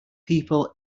people